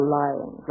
lying